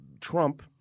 Trump